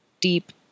deep